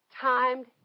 timed